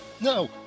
no